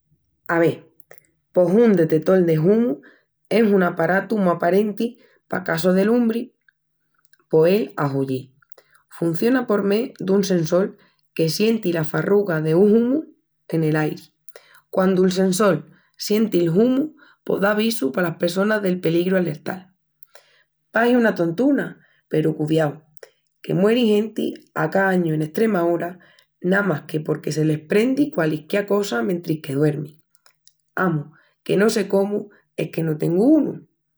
Ave, pos un detetol de humu es un aparatu mu aparenti pa, casu de lumbri, poel ahuyil. Hunciona por mé dun sensol que sienti las farrugas de humu nel airi. Quandu'l sensol sienti'l humu, pos d'avisu palas pressonas del peligru alertal. Pahi una tontuna peru cudiau que mueri genti a ca añu en Estremaúra namás que porque se les prendi qualisquiá cosa mentris que duermin. Amus, que no sé cómu es que no tengu unu!